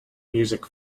music